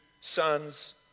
sons